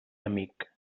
amic